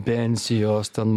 pensijos ten